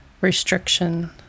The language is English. restriction